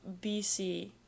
BC